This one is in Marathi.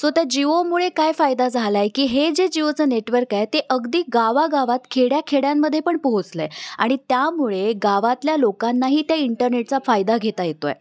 सो त्या जिओमुळे काय फायदा झाला आहे की हे जे जिओचं नेटवर्क आहे ते अगदी गावागावात खेड्या खेड्यांमध्ये पण पोहोचलं आहे आणि त्यामुळे गावातल्या लोकांनाही त्या इंटरनेटचा फायदा घेता येतो आहे